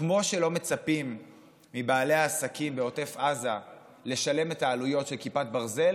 כמו שלא מצפים מבעלי העסקים בעוטף עזה לשלם את העלויות של כיפת ברזל